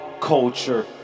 Culture